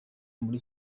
muri